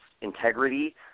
integrity